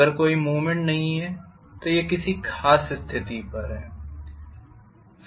अगर कोई मूवमेंट नहीं है तो यह किसी ख़ास स्थिति पर है